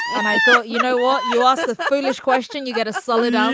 and i thought, you know what? you asked a foolish question. you get a solid um